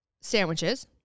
sandwiches